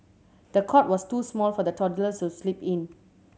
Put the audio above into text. the cot was too small for the toddlers to sleep in